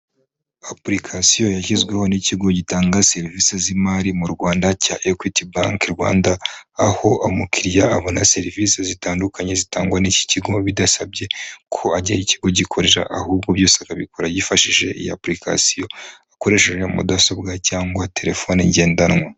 Application yashyizweho n'ikigo gitanga serivisi z'imari mu Rwanda cya Equity Bank Rwanda, aho umukiriya abona serivisi zitandukanye zitangwa n'iki kigo bidasabye ko ajya aho iki kigo gikorera, ahubwo byose akabikora yifashishije iyi application; akoresheje mudasobwa cyangwa telefone ngendanwa.